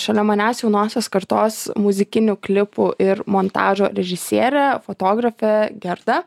šalia manęs jaunosios kartos muzikinių klipų ir montažo režisierė fotografė gerda